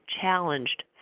challenged